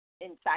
inside